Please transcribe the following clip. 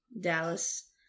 Dallas